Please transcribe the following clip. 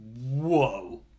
whoa